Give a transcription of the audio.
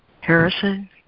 Harrison